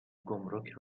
گمرک